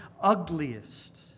ugliest